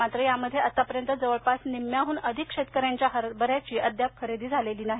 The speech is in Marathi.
मात्र यामध्ये आतापर्यंत जवळपास निम्म्याहून अधिक शेतकऱ्यांच्या हरभऱ्याची अद्याप खरेदी झालेली नाही